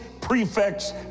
prefect's